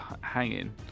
hanging